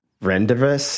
Rendezvous